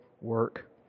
work